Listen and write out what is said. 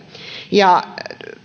ja